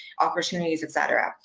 opportunities, etc.